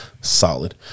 solid